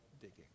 digging